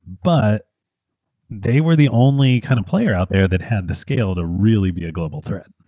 but they were the only kind of player out there that had the scale to really be a global threat.